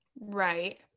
right